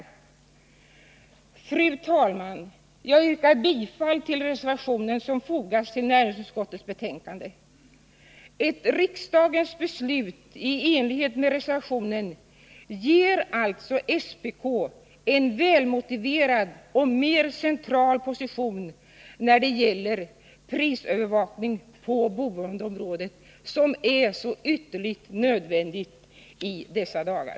Fru talman! Jag yrkar bifall till den reservation som har fogats till näringsutskottets betänkande. Ett riksdagens beslut i enlighet med reservationen ger alltså SPK en välmotiverad och mera central position när det gäller den prisövervakning på boendeområdet som är så ytterligt nödvändig i dessa dagar.